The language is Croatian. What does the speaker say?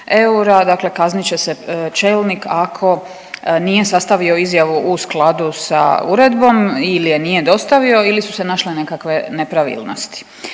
Dakle, kaznit će se čelnik ako nije sastavio izjavu u skladu sa uredbom ili je nije dostavio ili su se našle nekakve nepravilnosti.